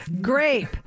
grape